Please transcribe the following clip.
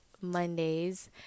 Mondays